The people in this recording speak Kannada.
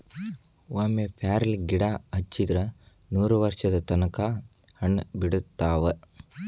ಒಮ್ಮೆ ಪ್ಯಾರ್ಲಗಿಡಾ ಹಚ್ಚಿದ್ರ ನೂರವರ್ಷದ ತನಕಾ ಹಣ್ಣ ಬಿಡತಾವ